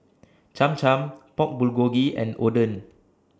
Cham Cham Pork Bulgogi and Oden